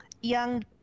young